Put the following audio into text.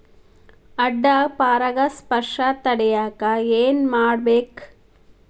ಅಡ್ಡ ಪರಾಗಸ್ಪರ್ಶ ತಡ್ಯಾಕ ಏನ್ ಮಾಡ್ಬೇಕ್?